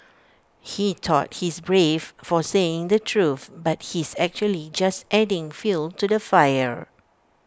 he thought he's brave for saying the truth but he's actually just adding fuel to the fire